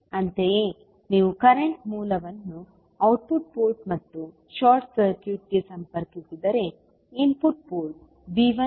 ಅಂತೆಯೇ ನೀವು ಕರೆಂಟ್ ಮೂಲವನ್ನು ಔಟ್ಪುಟ್ ಪೋರ್ಟ್ ಮತ್ತು ಶಾರ್ಟ್ ಸರ್ಕ್ಯೂಟ್ಗೆ ಸಂಪರ್ಕಿಸಿದರೆ ಇನ್ಪುಟ್ ಪೋರ್ಟ್ V1 0